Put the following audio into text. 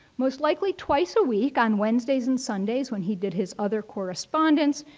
most likely twice a week, on wednesdays and sundays when he did his other correspondence,